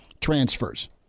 transfers